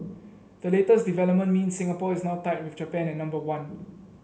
the latest development means Singapore is now tied with Japan at number one